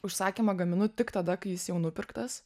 užsakymą gaminu tik tada kai jis jau nupirktas